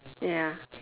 ya